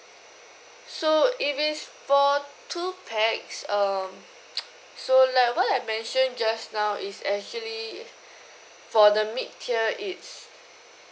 so if it's for two pax um so like what I mentioned just now it's actually for the mid tier it's